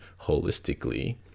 holistically